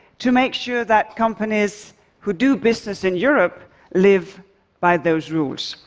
to make sure that companies who do business in europe live by those rules.